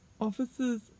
Officers